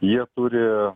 jie turi